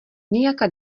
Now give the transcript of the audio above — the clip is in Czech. nějaká